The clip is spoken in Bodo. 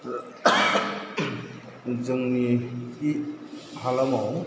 जोंनि हालामाव